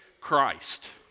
Christ